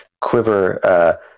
Quiver